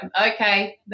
Okay